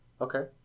Okay